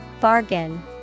Bargain